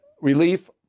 relief